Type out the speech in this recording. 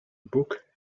book